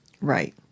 Right